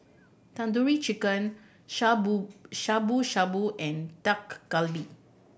Tandoori Chicken Shabu Shabu Shabu and Dak Galbi